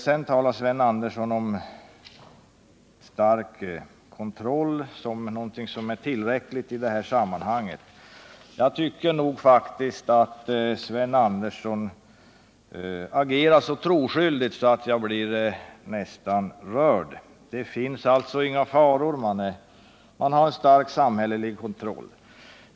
Sedan talar Sven Andersson om stark kontroll som någonting som är tillräckligt i det här sammanhanget. Jag tycker faktiskt att Sven Andersson agerar så troskyldigt att jag nästan blir rörd. Det finns inga faror, och man har en stark samhällelig kontroll.